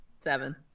Seven